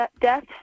death